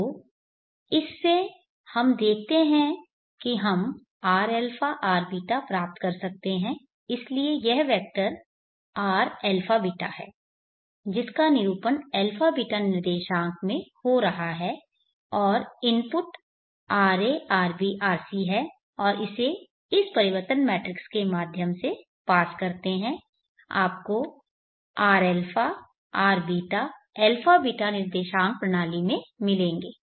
तो इस से हम देखते हैं कि हम rα rβ प्राप्त कर सकते हैं इसलिए यह वेक्टर Rαβ है जिसका निरूपण α β निर्देशांक में हो रहा है और इनपुट ra rb rc हैं और इसे इस परिवर्तन मैट्रिक्स के माध्यम से पास करते हैं आपको rα rβ α β निर्देशांक प्रणाली में मिलेंगे